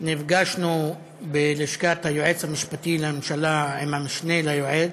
נפגשנו בלשכת היועץ המשפטי לממשלה עם המשנה ליועץ,